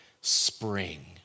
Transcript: spring